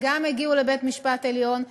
וגם הגיעו לבית-המשפט העליון,